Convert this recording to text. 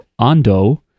Ando